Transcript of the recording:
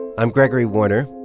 i'm gregory warner.